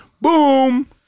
Boom